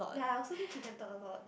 ya I also think she can talk a lot